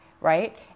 right